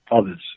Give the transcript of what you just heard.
others